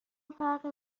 فرق